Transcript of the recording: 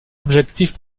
objectif